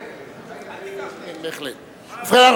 ובכן,